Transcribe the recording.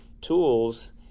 tools